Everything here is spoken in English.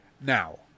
Now